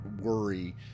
worry